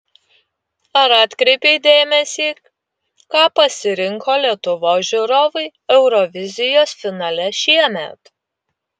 ar atkreipei dėmesį ką pasirinko lietuvos žiūrovai eurovizijos finale šiemet